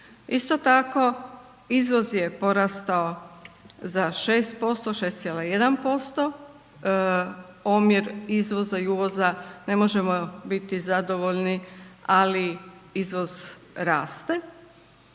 Isto tako izvoz je porastao za 6%, 6,1%, omjer izvoza i uvoza ne možemo biti zadovoljni ali izvoz raste.